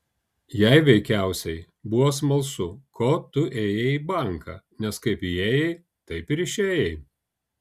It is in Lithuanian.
jai veikiausiai buvo smalsu ko tu ėjai į banką nes kaip įėjai taip ir išėjai